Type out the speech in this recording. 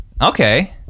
Okay